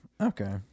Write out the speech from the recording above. okay